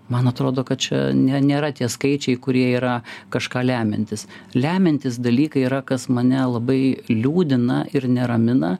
man atrodo kad čia ne nėra tie skaičiai kurie yra kažką lemiantys lemiantys dalykai yra kas mane labai liūdina ir neramina